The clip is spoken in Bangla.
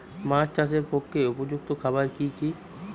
মাছ চাষের পক্ষে উপযুক্ত খাবার কি কি?